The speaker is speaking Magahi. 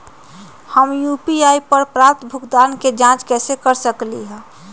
हम यू.पी.आई पर प्राप्त भुगतान के जाँच कैसे कर सकली ह?